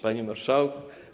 Panie Marszałku!